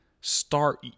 start